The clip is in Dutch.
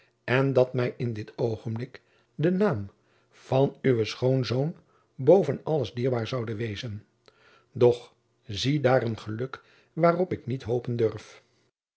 en dat mij in dit oogenblik de naam van uwen schoonzoon boven alles dierbaar zoude wezen doch zie daar een geluk waarop ik niet hopen durf